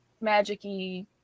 magic-y